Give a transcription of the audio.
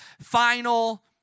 final